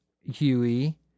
Huey